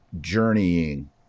journeying